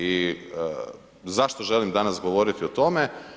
I zašto želim danas govoriti o tome?